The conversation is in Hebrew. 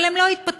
אבל הם לא התפטרו,